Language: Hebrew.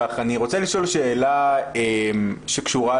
חשובים שגם איילת רזין וגם אורית סוליציאנו מעלות